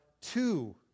two